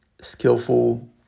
skillful